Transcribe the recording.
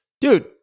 Dude